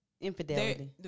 Infidelity